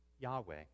Yahweh